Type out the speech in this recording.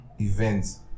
events